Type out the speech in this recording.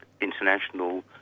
international